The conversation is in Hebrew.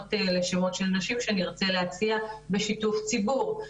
דוגמאות של שמות של נשים שנרצה להציע בשיתוף ציבור.